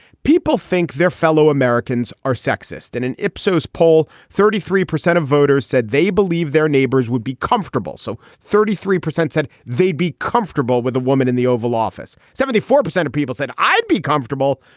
people think their fellow americans are sexist. and an ipsos poll, thirty three percent of voters said they believe their neighbors would be comfortable. so thirty three percent said they'd be comfortable with a woman in the oval office. seventy four percent of people said i'd be comfortable,